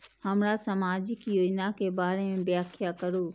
हमरा सामाजिक योजना के बारे में व्याख्या करु?